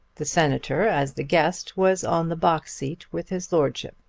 the senator, as the guest, was on the box-seat with his lordship,